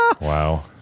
Wow